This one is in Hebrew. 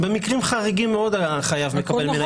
במקרים חריגים מאוד החייב מקבל ממנה,